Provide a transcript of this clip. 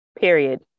Period